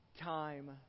time